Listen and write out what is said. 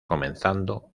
comenzando